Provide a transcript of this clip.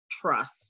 trust